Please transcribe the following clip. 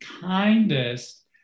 kindest